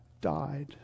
died